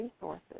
resources